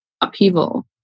upheaval